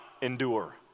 endure